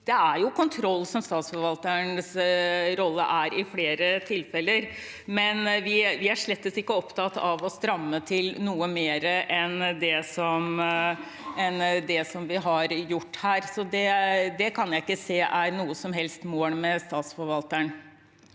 Det er jo kontroll som er statsforvalternes rolle i flere tilfeller, men vi er slettes ikke opptatt av å stramme til noe mer enn det vi har gjort her. Det kan jeg ikke se er noe som helst mål med statsforvalteren.